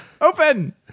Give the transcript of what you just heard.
Open